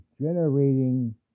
generating